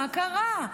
מה קרה?